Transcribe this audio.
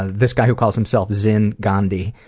this guy who calls himself, zin ghandi,